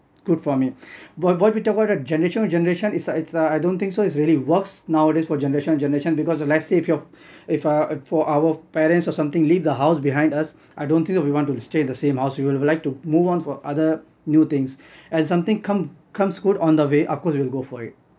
good for me but what we talked about generation to generation is uh it's uh I don't think so it's really works nowadays for generation to generation because let's say if your if uh for our parents or something leave the house behind us I don't think that we want to stay the same as you would have liked to move on for other new things and something come comes good on the way of course you will go for it